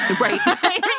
Right